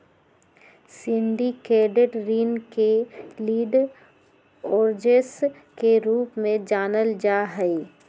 syndicated ऋण के lead arrangers के रूप में जानल जा हई